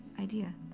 Idea